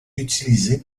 utilisé